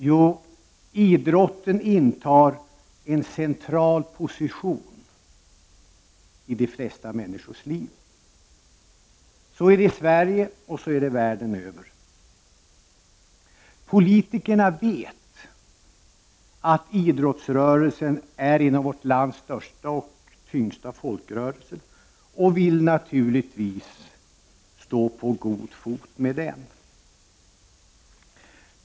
Jo, idrotten intar en central position i de flesta människors liv. Så är det i Sverige och så är det världen över. Politikerna vet att idrottsrörelsen är en av vårt lands största och tyngsta folkrörelser och vill naturligtvis stå på god fot med den.